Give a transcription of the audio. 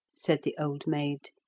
said the old maid.